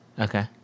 Okay